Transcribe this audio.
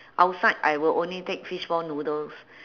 outside I will only take fishball noodles